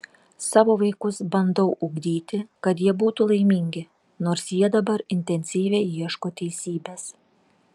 savo vaikus bandau ugdyti kad jie būtų laimingi nors jie dabar intensyviai ieško teisybės